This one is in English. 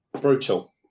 brutal